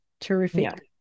Terrific